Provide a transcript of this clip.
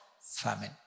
famine